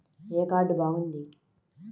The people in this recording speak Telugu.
ఏ కార్డు బాగుంది?